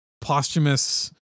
posthumous